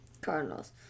Cardinals